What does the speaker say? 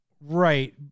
right